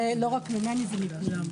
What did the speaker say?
זה לא רק ממני, זה מכולם.